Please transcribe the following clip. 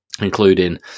Including